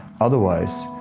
otherwise